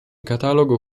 catalogo